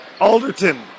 Alderton